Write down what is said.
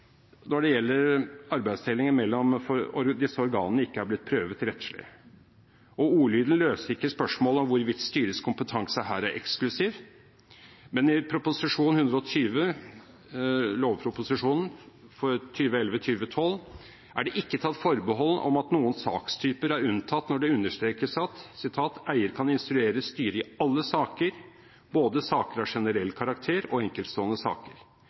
når det gjelder arbeidsdelingen mellom disse organene, ikke har blitt prøvd rettslig. Ordlyden løser ikke spørsmålet om hvorvidt styrets kompetanse her er eksklusiv, men i Prop. 120 L for 2011–2012 – lovproposisjonen – er det ikke tatt forbehold om at noen sakstyper er unntatt når det understrekes: «Eier kan instruere styret i alle saker, både saker av generell karakter og enkeltstående saker.